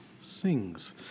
sings